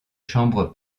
chambres